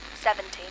seventeen